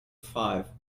five